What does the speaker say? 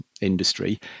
industry